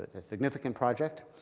it's a significant project.